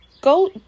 go